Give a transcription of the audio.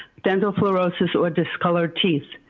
dental fluorosis or discolored teeth.